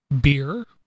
beer